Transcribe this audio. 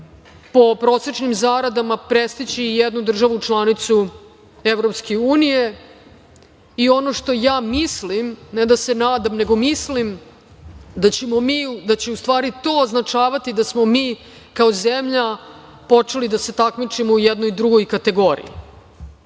po prosečnim zaradama prestići jednu državu članicu Evropske unije. Ono što ja mislim, ne da se nadam, nego mislim da će to označavati da smo mi kao zemlja počeli da se takmičimo u jednoj drugoj kategoriji